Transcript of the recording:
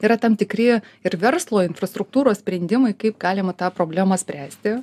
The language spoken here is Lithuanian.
yra tam tikri ir verslo infrastruktūros sprendimai kaip galima tą problemą spręsti